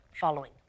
following